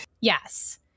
yes